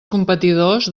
competidors